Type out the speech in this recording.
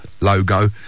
logo